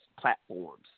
platforms